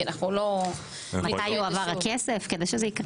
כי אנחנו לא --- מתי יועבר הכסף כדי שזה יקרה.